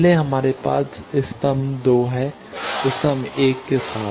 पहले हमारे पास स्तंभ 2 है स्तंभ 1 के साथ